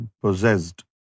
Possessed